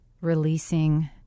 releasing